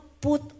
put